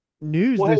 news